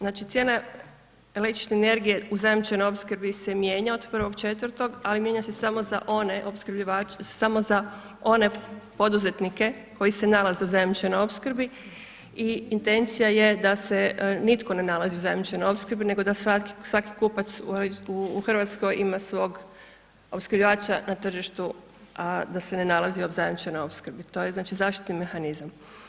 Znači, cijena električne energije u zajamčenoj opskrbi se mijenja od 1.4., ali mijenja se samo za one poduzetnike koji se nalaze u zajamčenoj opskrbi i intencija je da se nitko ne nalazi u zajamčenoj opskrbi, nego da svaki kupac u RH ima svog opskrbljivača na tržištu, a da se ne nalazi u zajamčenoj opskrbi, to je znači zaštitni mehanizam.